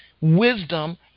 wisdom